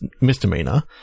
misdemeanor